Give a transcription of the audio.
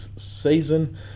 season